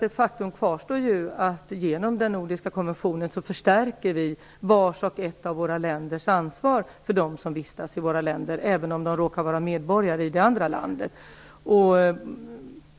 Ett faktum kvarstår ju: Genom den nordiska konventionen förstärker vi ansvaret hos vart och ett av våra länder för dem som vistas i landet, även om de råkar vara medborgare i det andra landet.